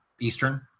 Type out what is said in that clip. Eastern